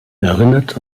erinnert